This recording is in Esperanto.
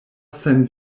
sen